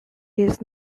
his